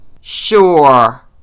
Sure